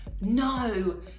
no